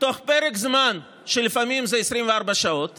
בתוך פרק זמן, לפעמים של 24 שעות